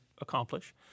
accomplish